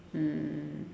mm